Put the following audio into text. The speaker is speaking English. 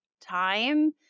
time